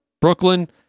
Brooklyn